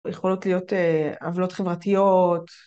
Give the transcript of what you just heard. ‫יכולות להיות עוולות חברתיות.